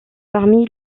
parmi